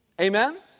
Amen